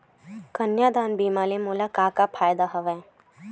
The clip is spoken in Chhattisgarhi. कन्यादान बीमा ले मोला का का फ़ायदा हवय?